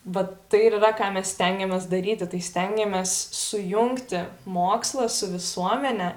vat tai yra ką mes stengiamės daryti tai stengiamės sujungti mokslą su visuomene